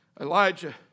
Elijah